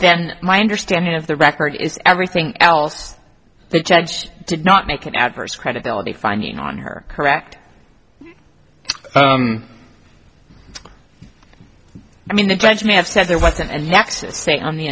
then my understanding of the record is everything else the judge did not make an adverse credibility finding on her correct i mean the judge may have said there wasn't and th